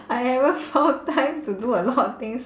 I haven't found time to do a lot of things